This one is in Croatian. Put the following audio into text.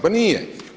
Pa nije.